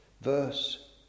Verse